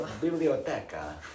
Biblioteca